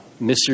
Mr